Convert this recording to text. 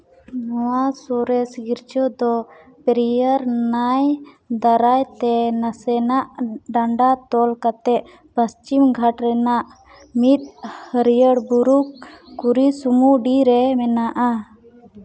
ᱱᱚᱣᱟ ᱥᱚᱨᱮᱥ ᱜᱤᱨᱡᱟᱹ ᱫᱚ ᱯᱨᱤᱭᱟᱨ ᱱᱟᱭ ᱫᱟᱨᱟᱭ ᱛᱮ ᱱᱟᱥᱮᱱᱟᱜ ᱰᱟᱱᱰᱟ ᱛᱚᱞ ᱠᱟᱛᱮᱫ ᱯᱚᱥᱪᱤᱢ ᱜᱷᱟᱴ ᱨᱮᱱᱟᱜ ᱢᱤᱫ ᱦᱟᱹᱨᱭᱟᱹᱲ ᱵᱩᱨᱩ ᱥᱩᱢᱩᱰᱤ ᱨᱮ ᱢᱮᱱᱟᱜᱼᱟ